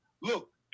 Look